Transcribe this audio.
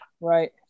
Right